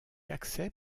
accès